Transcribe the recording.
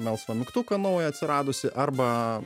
melsvą mygtuką naują atsiradusį arba